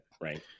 Right